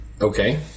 Okay